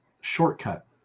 shortcut